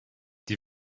die